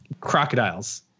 crocodiles